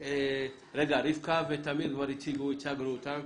רבקה ותמיר, כבר הצגנו אותם,